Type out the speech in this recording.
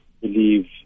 believe